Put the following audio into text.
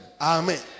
amen